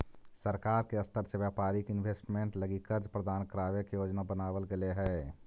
सरकार के स्तर से व्यापारिक इन्वेस्टमेंट लगी कर्ज प्रदान करावे के योजना बनावल गेले हई